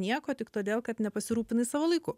nieko tik todėl kad nepasirūpinai savo laiku